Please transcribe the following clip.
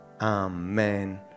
amen